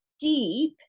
deep